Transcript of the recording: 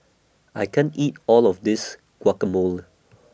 I can't eat All of This Guacamole